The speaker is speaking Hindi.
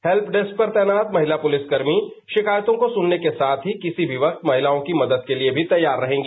हेल्प डेस्क पर तैनात महिला पुलिसकर्मी शिकायतों को सुनने के साथ ही किसी भी वक्त महिलाओं की मदद के लिए भी तैयार रहेंगी